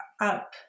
up